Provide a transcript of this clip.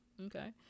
Okay